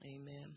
Amen